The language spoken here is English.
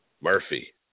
Murphy